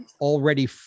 already